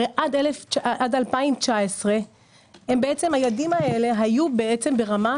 עד 2019 הילדים האלה היו ברמת